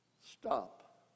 Stop